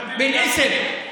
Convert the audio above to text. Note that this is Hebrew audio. הבנתי לגמרי.